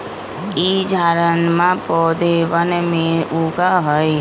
ई झाड़नमा पौधवन में उगा हई